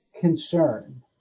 concern